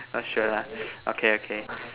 not sure lah okay okay